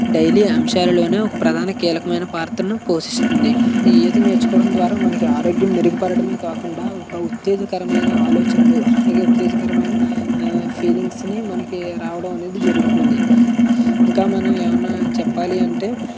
daily అంశాలలోనే ఒక ప్రధాన కీలకమైన పాత్రను పోషిస్తుంది ఈ ఈత నేర్చుకోవడం ద్వారా మనకు ఆరోగ్యం మెరుగుపడటమే కాకుండా ఒక ఉత్తేజకరమైన ఆలోచనలు అలాగే ఉత్తేజకరమైన ఫీలింగ్స్ని మనకి రావడం అనేది జరుగుతుంది ఇంకా మనం ఏమైనా చెప్పాలి అంటే